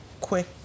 quick